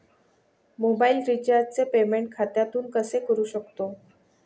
Mobile रिचार्जचे payment खात्यातून कसे करू शकतो?